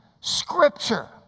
scripture